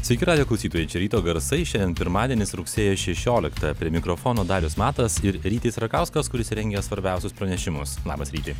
sveiki radijo klausytojai ryto garsai šiandien pirmadienis rugsėjo šešioliktą prie mikrofono darius matas ir rytis rakauskas kuris rengia svarbiausius pranešimus labas ryti